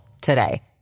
today